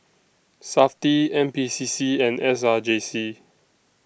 Safti N P C C and S R J C